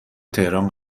تهران